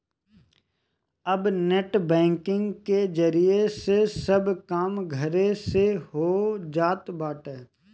अब net banking के जरिया से सब काम घरे से हो जात बाटे